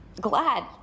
glad